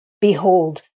Behold